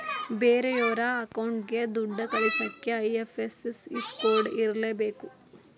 ಬೇರೆಯೋರ ಅಕೌಂಟ್ಗೆ ದುಡ್ಡ ಕಳಿಸಕ್ಕೆ ಐ.ಎಫ್.ಎಸ್.ಸಿ ಕೋಡ್ ಇರರ್ಲೇಬೇಕು